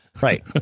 Right